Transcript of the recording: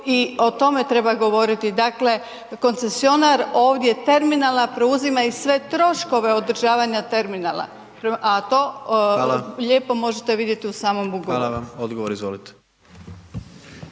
i o tome treba govoriti. Dakle, koncesionar ovdje terminala, preuzima sve troškove održavanja terminala. A to lijepo možete vidjeti u samom ugovoru. **Jandroković,